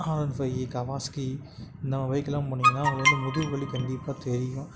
R one five Kawasaki இந்த மாதிரி பைக்கெலாம் போனீங்கன்னால் ஓரளவுக்கு முதுகு வலி கண்டிப்பாக தெரியும்